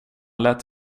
lät